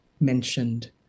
mentioned